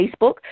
Facebook